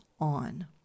on